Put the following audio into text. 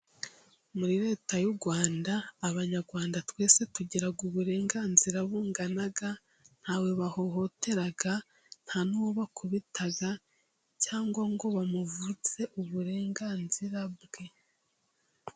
Muri Leta y'u Rwanda, Abanyarwanda twese tugira uburenganzira bungana, nta we bahohotera, nta n'uwo bakubita cyangwa ngo bamuvutse uburenganzira bwe.